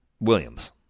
Williams